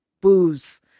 booze